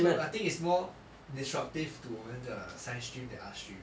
I think is more disruptive to 你们的 science stream than art stream